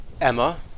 Emma